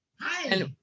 hi